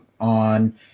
on